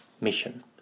mission